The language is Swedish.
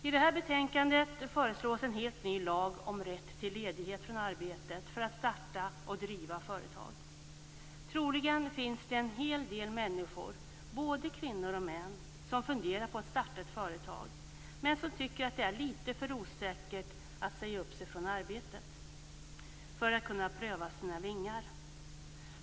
I det här betänkandet föreslås en helt ny lag om rätt till ledighet från arbetet för att starta och driva företag. Troligen finns det en hel del människor, både kvinnor och män, som funderar på att starta ett företag, men som tycker att det är litet för osäkert att säga upp sig från arbetet för att kunna pröva sina vingar.